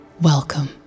Welcome